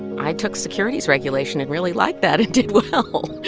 i took securities regulation and really liked that and did well.